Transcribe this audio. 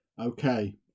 Okay